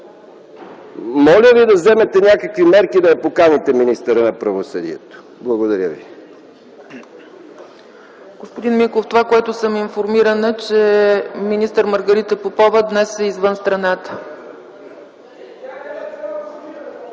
Моля Ви, да вземете някакви мерки, да поканите министъра на правосъдието. Благодаря Ви.